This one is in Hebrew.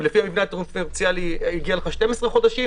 לפי המבנה הדיפרנציאלי הגיעו לך 12 חודשים,